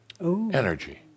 Energy